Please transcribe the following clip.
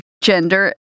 gender